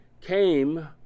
came